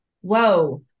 whoa